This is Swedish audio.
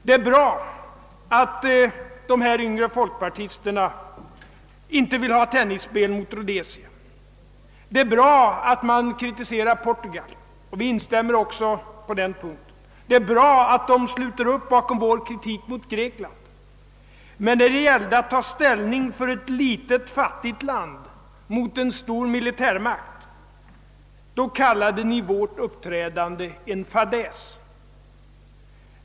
Det är bra att de yngre folkpartisterna inte vill att vi skall delta i en tennisturnering mot Rhodesia, att de kritiserar Portugal — vi instämmer också på den punkten — och att de sluter upp kring vår kritik mot Grekland. Men när det gällde att ta ställning för ett litet, fattigt land mot en stor militärmakt kallade de vårt uppträdande en fadäs.